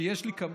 האוזר,